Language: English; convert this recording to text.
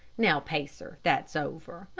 now, pacer, that's over.